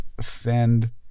send